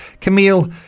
Camille